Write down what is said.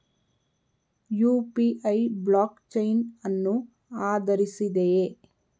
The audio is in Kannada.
ಯು.ಪಿ.ಐ ಬ್ಲಾಕ್ ಚೈನ್ ಅನ್ನು ಆಧರಿಸಿದೆಯೇ?